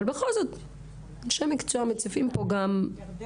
אבל אנשי המקצוע מאירים זרקור